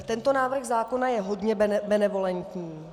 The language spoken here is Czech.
Tento návrh zákona je hodně benevolentní.